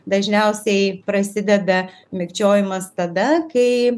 dažniausiai prasideda mikčiojimas tada kai